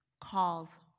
calls